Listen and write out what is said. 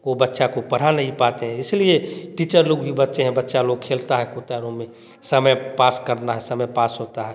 को बच्चा को पढ़ा नहीं पाते हैं इसलिए टीचर लोग भी बचते हैं बच्चा लोग खेलते हैं कूदता है रूम में समय पास करना है समय पास होता है